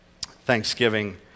Thanksgiving